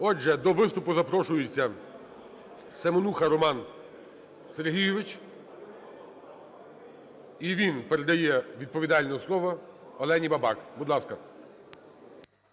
Отже, до виступу запрошується Семенуха Роман Сергійович. І він передає відповідальне слово Олені Бабак. Будь ласка.